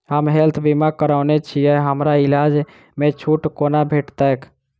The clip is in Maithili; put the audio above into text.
हम हेल्थ बीमा करौने छीयै हमरा इलाज मे छुट कोना भेटतैक?